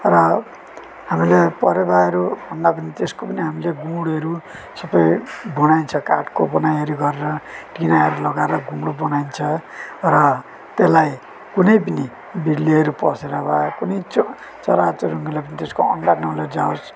र हामीले परेवाहरू भन्दा पनि त्यसको पनि हामीले सबै गुँडहरू बनाइन्छ काठको बनाइवरी गरेर टिनहरू लगाएर गुँड बनाइन्छ र त्यसलाई कुनै पनि बिल्लीहरू पसेर वा कुनै च् चराचुरुङ्गीले त्यसको अन्डा नलैजाओस्